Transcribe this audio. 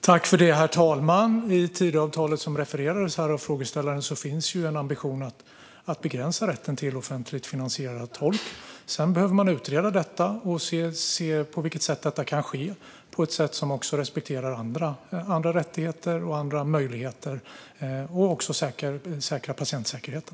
Herr talman! I Tidöavtalet, som frågeställaren refererade till, finns en ambition att begränsa rätten till offentligt finansierad tolk. Detta behöver dock utredas för att se på vilket sätt det kan ske så att det också respekterar andra rättigheter och möjligheter och säkrar patientsäkerheten.